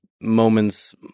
moments